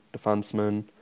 defenseman